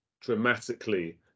dramatically